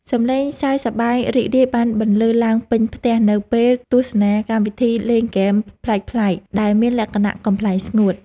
សម្លេងសើចសប្បាយរីករាយបានបន្លឺឡើងពេញផ្ទះនៅពេលទស្សនាកម្មវិធីលេងហ្គេមប្លែកៗដែលមានលក្ខណៈកំប្លែងស្ងួត។